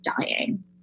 dying